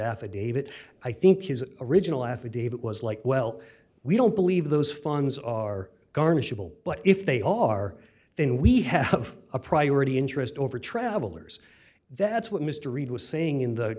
affidavit i think his original affidavit was like well we don't believe those funds are garnishable but if they are then we have a priority interest over travelers that's what mr reed was saying in the